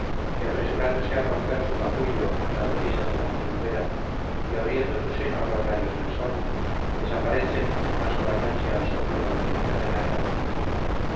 que apresurándose a romper su capullo a las brisas de la primavera y abriendo su seno a los rayos del sol desaparecen en una sola noche al soplo mortífero de la helada